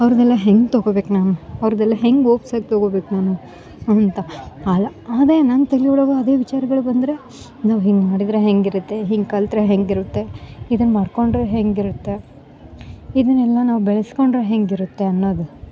ಅವ್ರ್ದೆಲ್ಲ ಹೆಂಗ ತಗೋಬೇಕು ನಾನು ಅವ್ರ್ದೆಲ್ಲ ಹೆಂಗ ಹೋಪ್ಸಾಗ ತಗೋಬೇಕು ನಾನು ಅಂತ ಅಲ ಅದೆ ನನ್ನ ತಲೆ ಒಳಗು ಅದೆ ವಿಚಾರಗಳು ಬಂದರೆ ನಾವು ಹಿಂಗ ಮಾಡಿದರೆ ಹೇಗಿರತ್ತೆ ಹಿಂಗ ಕಲ್ತ್ರೆ ಹೇಗಿರುತ್ತೆ ಇದನ್ನ ಮಾಡ್ಕೊಂಡರೆ ಹೇಗಿರುತ್ತೆ ಇದನೆಲ್ಲ ನಾವು ಬೆಳೆಸ್ಕೊಂಡರೆ ಹೇಗಿರುತ್ತೆ ಅನ್ನೋದು